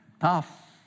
tough